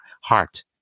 heart